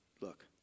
look